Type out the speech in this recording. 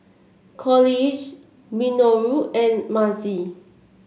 Coolidge Minoru and Mazie